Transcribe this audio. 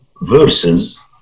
verses